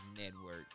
Network